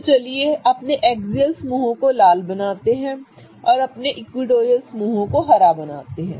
तो चलिए अपने एक्सियल समूहों को लाल बनाते हैं और अपने सभी इक्विटोरियल समूहों को हरा बनाते हैं